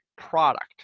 product